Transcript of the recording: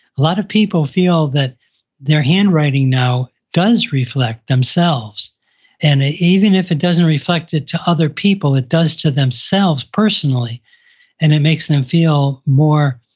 a lot of people feel that their handwriting now does reflect themselves and even if it doesn't reflect it to other people, it does to themselves personally and it makes them feel more,